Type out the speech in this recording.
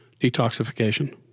detoxification